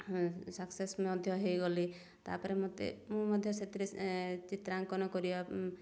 success ମଧ୍ୟ ହେଇଗଲି ତାପରେ ମୋତେ ମୁଁ ମଧ୍ୟ ସେଥିରେ ଚିତ୍ରାଙ୍କନ କରିବା